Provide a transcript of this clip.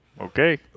Okay